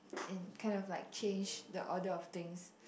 and kind of like change the order of things